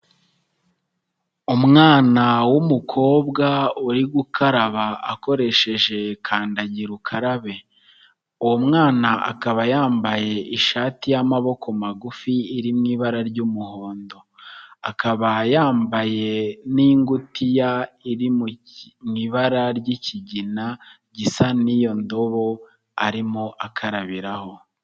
Umwana w'umukobwa uri gukaraba akoresheje kandagira ukarabe, uwo mwana akaba yambaye ishati y'amaboko magufi iri mu ibara ry'umuhondo, akaba yambaye n'ingutiya iri mu ibara ry'ikigina gisa n'iyo ndobo arimo akarabiraho.